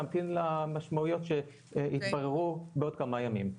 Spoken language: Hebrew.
להמתין למשמעויות שיתבררו בעוד כמה ימים.